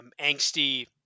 angsty